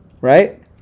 Right